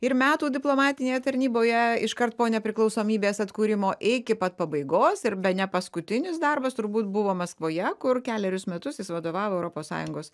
ir metų diplomatinėje tarnyboje iškart po nepriklausomybės atkūrimo iki pat pabaigos ir bene paskutinis darbas turbūt buvo maskvoje kur kelerius metus jis vadovavo europos sąjungos